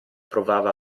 provava